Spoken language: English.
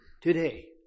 today